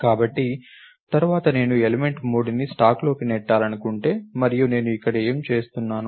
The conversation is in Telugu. కాబట్టి తరువాత నేను ఎలిమెంట్ 3ని స్టాక్లోకి నెట్టాలనుకుంటే మరియు నేను ఇక్కడ ఏమి చేస్తున్నాను